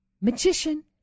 magician